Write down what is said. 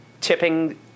tipping